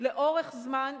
לאורך זמן,